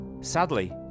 Sadly